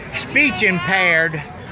speech-impaired